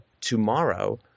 tomorrow